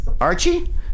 Archie